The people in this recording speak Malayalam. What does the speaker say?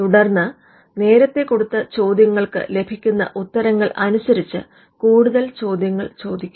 തുടർന്ന് നേരത്തെ കൊടുത്ത ചോദ്യങ്ങൾക്ക് ലഭിക്കുന്ന ഉത്തരങ്ങൾ അനുസരിച്ച് കൂടുതൽ ചോദ്യങ്ങൾ ചോദിക്കാം